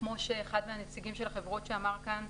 - כמו שאחד מנציגי החברות אמר כאן,